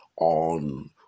on